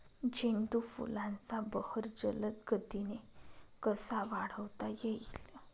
झेंडू फुलांचा बहर जलद गतीने कसा वाढवता येईल?